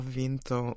vinto